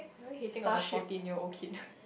why hitting on the fourteen year old kid